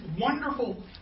wonderful